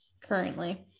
currently